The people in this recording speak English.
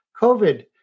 COVID